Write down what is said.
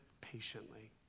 patiently